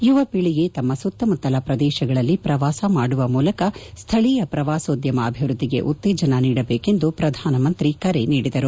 ಯುವ ಪೀಳಿಗೆ ತಮ್ಮ ಸುತ್ತಮುತ್ತಲ ಪ್ರದೇಶಗಳಲ್ಲಿ ಪ್ರವಾಸ ಮಾಡುವ ಮೂಲಕ ಸ್ಥಳೀಯ ಪ್ರವಾಸೋದ್ಯಮ ಅಭಿವೃದ್ದಿಗೆ ಉತ್ತೇಜನ ನೀಡಬೇಕೆಂದು ಪ್ರಧಾನಮಂತ್ರಿ ಕರೆ ನೀಡಿದರು